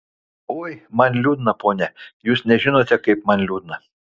oi man liūdna pone jūs nežinote kaip man liūdna